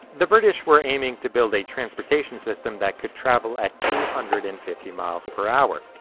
the british were aiming to build a transportation system that could travel at two hundred and fifty miles per hour.